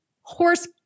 horse